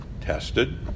Tested